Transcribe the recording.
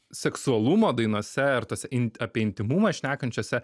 seksualumo dainose ir tose in apie intymumą šnekančiose